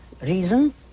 reason